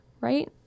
right